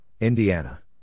Indiana